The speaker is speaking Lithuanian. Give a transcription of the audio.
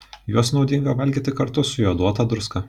juos naudinga valgyti kartu su joduota druska